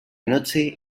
noche